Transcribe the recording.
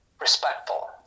respectful